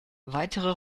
weitere